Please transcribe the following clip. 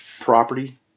property